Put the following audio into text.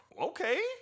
Okay